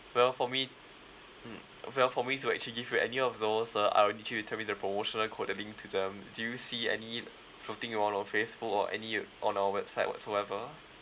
well for me mm well for me to actually give you any of those uh I will need you to tell me the promotional code that linked to them do you see any floating around on facebook or any uh on our website whatsoever